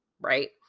right